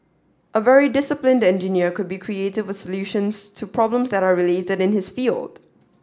a very disciplined engineer could be creative with solutions to problems that are related to his field